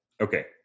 Okay